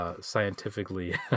scientifically